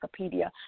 Wikipedia